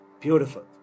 Beautiful